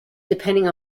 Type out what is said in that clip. depending